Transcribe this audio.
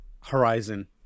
Horizon